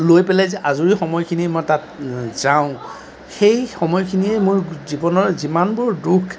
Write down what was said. লৈ পেলাই যে আজৰি সময়খিনি মই তাত যাওঁ সেই সময়খিনিয়ে মোৰ জীৱনৰ যিমানবোৰ দুখ